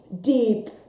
deep